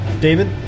David